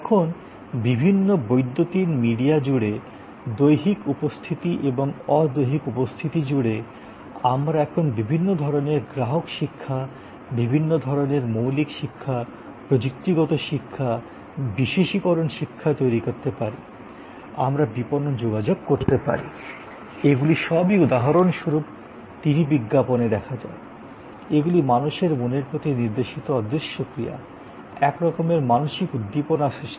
এখন বিভিন্ন বৈদ্যুতিন মিডিয়া জুড়ে দৈহিক উপস্থিতি এবং অ দৈহিক উপস্থিতি জুড়ে আমরা এখন বিভিন্ন ধরণের গ্রাহক শিক্ষা বিভিন্ন ধরণের মৌলিক শিক্ষা প্রযুক্তিগত শিক্ষা বিশেষীকরণ শিক্ষা তৈরি করতে পারি আমরা বিপণন যোগাযোগ করতে পারি এগুলি সবই উদাহরণস্বরূপ টিভি বিজ্ঞাপনে দেখা যায় এগুলি মানুষের মনের প্রতি নির্দেশিত অদৃশ্য ক্রিয়া একরকমের মানসিক উদ্দীপনা সৃষ্টি